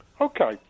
Okay